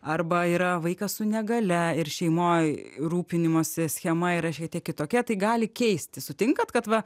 arba yra vaikas su negalia ir šeimoj rūpinimosi schema yra šiek tiek kitokia tai gali keistis sutinkat kad va